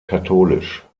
katholisch